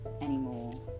anymore